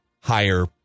higher